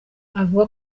avuga